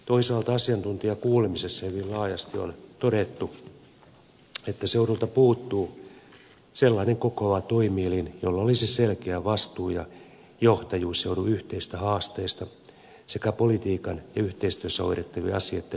toisaalta asiantuntijakuulemisessa hyvin laajasti on todettu että seudulta puuttuu sellainen kokoava toimielin jolla olisi selkeä vastuu ja johtajuus seudun yhteisistä haasteista sekä politiikan ja yhteistyössä hoidettavien asioitten kokonaisuudesta